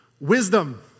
wisdom